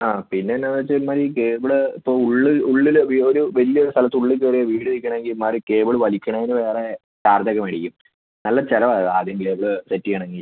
ആ പിന്നെ എന്നാ എന്ന് വെച്ചാൽ ഇമ്മാതിരി കേബിൾ ഇപ്പോൾ ഉള്ള് ഉള്ളിൽ ഒരു വലിയ സ്ഥലത്ത് ഉള്ളിൽ കയറിയാണ് വീട് വയ്ക്കുന്നതെങ്കിൽ ഇമ്മാതിരി കേബിൾ വലിക്കുന്നതിന് വേറെ ചാർജ് ഒക്കെ മേടിക്കും നല്ല ചിലവാണ് ആദ്യം കേബിൾ സെറ്റ് ചെയ്യണമെങ്കിൽ